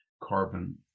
carbon